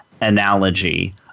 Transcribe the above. analogy